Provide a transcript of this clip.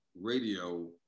radio